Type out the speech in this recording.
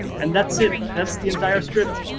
and that's it. that's the entire script.